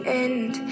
end